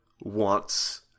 wants